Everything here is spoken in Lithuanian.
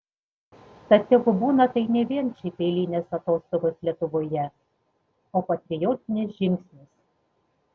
tad tegu būna tai ne vien šiaip eilinės atostogos lietuvoje o patriotinis žingsnis